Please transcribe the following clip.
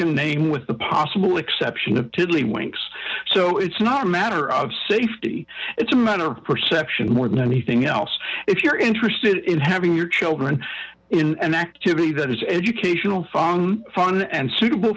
can name with the possible exception of tiddledywinks so it's not a matter of safety it's a matter of perception more than anything else if you're interested in having your children in an activity that is educational fun fun and suitable